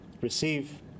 receive